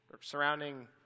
surrounding